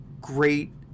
great